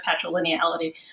patrilineality